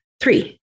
Three